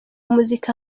umuziki